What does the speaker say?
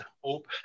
hope